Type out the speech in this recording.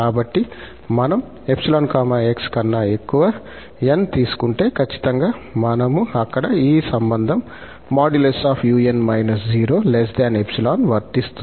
కాబట్టి మనం 𝜖 𝑥 కన్నా ఎక్కువ 𝑛 తీసుకుంటే ఖచ్చితంగా మనకు అక్కడ ఈ సంబంధం | 𝑢𝑛 0 | 𝜖 వర్తిస్తుంది